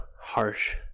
harsh